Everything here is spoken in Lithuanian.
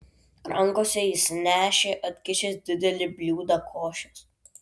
rankose jis nešė atkišęs didelį bliūdą košės